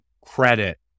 credit